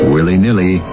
Willy-nilly